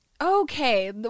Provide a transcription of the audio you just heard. Okay